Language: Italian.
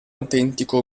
autentico